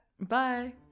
Bye